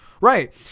Right